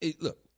Look